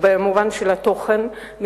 במובן של התוכן,